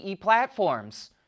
platforms